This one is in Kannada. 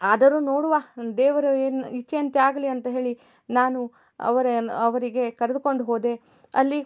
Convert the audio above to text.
ಆದರೂ ನೋಡುವ ದೇವರು ಏನು ಇಚ್ಛೆಯಂತೆ ಆಗಲಿ ಅಂತ ಹೇಳಿ ನಾನು ಅವರ ಅವರಿಗೆ ಕರೆದುಕೊಂಡು ಹೋದೆ ಅಲ್ಲಿ